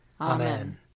Amen